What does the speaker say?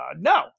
no